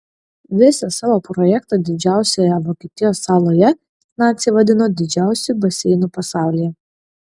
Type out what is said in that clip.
visą savo projektą didžiausioje vokietijos saloje naciai vadino didžiausiu baseinu pasaulyje